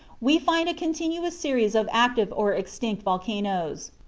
we find a continuous series of active or extinct volcanoes.